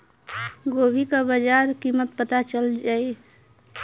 गोभी का बाजार कीमत पता चल जाई?